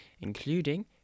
including